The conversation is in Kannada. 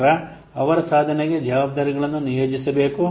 ನಂತರ ಅವರ ಸಾಧನೆಗೆ ಜವಾಬ್ದಾರಿಗಳನ್ನು ನಿಯೋಜಿಸಬೇಕು